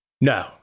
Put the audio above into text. No